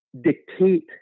dictate